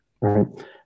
Right